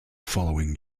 following